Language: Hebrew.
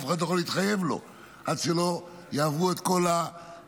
אף אחד לא יכול להתחייב לו עד שלא יעברו את כל התהליך.